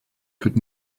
could